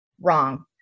wrong